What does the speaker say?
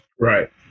Right